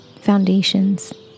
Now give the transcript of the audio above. foundations